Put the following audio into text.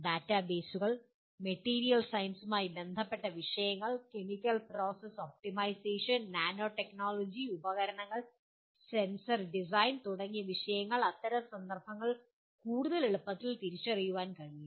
ഡാറ്റാബേസുകൾ മെറ്റീരിയൽ സയൻസുമായി ബന്ധപ്പെട്ട വിഷയങ്ങൾ chemical process optimization nano technology ഉപകരണങ്ങൾ സെൻസർ ഡിസൈൻ തുടങ്ങിയ വിഷയങ്ങളിൽ അത്തരം സന്ദർഭങ്ങൾ കൂടുതൽ എളുപ്പത്തിൽ തിരിച്ചറിയാൻ കഴിയും